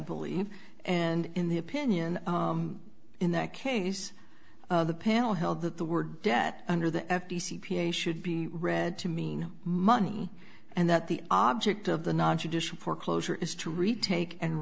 believe and in the opinion in that case the panel held that the word debt under the f t c p a should be read to mean money and that the object of the nontraditional foreclosure is to retake and